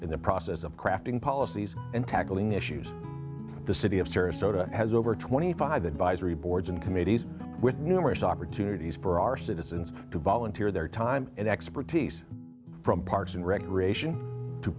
in the process of crafting policies and tackling issues the city of sarasota has over twenty five advisory boards and committees with numerous opportunities for our citizens to volunteer their time and expertise from parks and recreation to